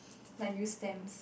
like use stamps